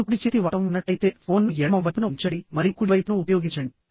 మీరు కుడిచేతి వాటం ఉన్నట్లయితేఫోన్ను ఎడమ వైపున ఉంచండి మరియు కుడి వైపును ఉపయోగించండి